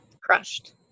crushed